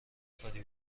کاری